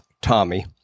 Tommy